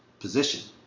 position